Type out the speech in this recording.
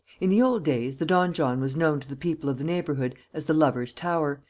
in the old days, the donjon was known to the people of the neighbourhood as the lovers' tower,